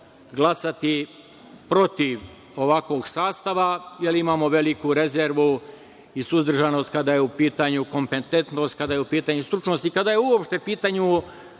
glasati protiv ovakvog sastava, jer imamo veliku rezervu i suzdržanost kada je u pitanju kompetentnost, kada je u pitanju stručnost, i kada je uopšte u pitanju